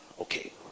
Okay